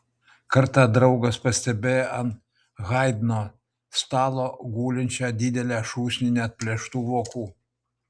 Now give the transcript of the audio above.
kartą draugas pastebėjo ant haidno stalo gulinčią didelę šūsnį neatplėštų vokų